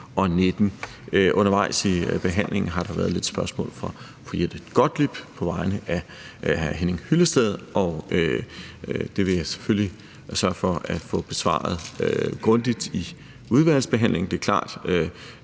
Undervejs i behandlingen har der været lidt spørgsmål fra fru Jette Gottlieb på vegne af hr. Henning Hyllested, og dem vil jeg selvfølgelig sørge for at få besvaret grundigt i udvalgsbehandlingen.